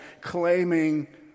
claiming